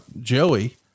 Joey